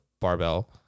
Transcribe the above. barbell